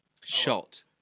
Shot